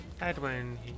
Edwin